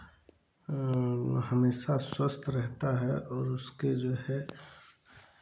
हमेशा स्वस्थ रहता है और उसके जो है